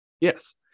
Yes